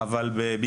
אבל שבפריפריה,